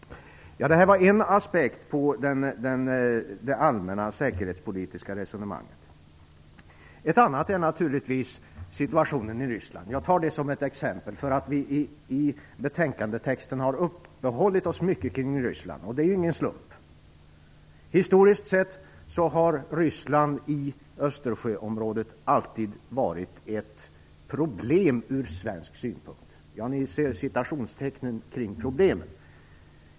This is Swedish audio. Det här var en aspekt på det allmänna säkerhetspolitiska resonemanget. En annan aspekt är naturligtvis situationen i Ryssland. Jag tar det som ett exempel, eftersom vi i betänkandetexten har uppehållit oss mycket kring Ryssland. Det är ingen slump. Historiskt sett har Ryssland i Östersjöområdet alltid utgjort ett "problem" ur svensk synpunkt.